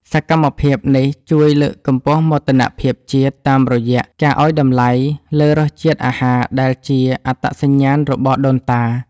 សកម្មភាពនេះជួយលើកកម្ពស់មោទនភាពជាតិ តាមរយៈការឱ្យតម្លៃលើរសជាតិអាហារដែលជាអត្តសញ្ញាណរបស់ដូនតា។